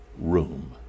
room